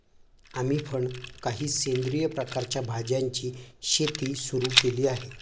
आम्ही पण काही सेंद्रिय प्रकारच्या भाज्यांची शेती सुरू केली आहे